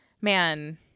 man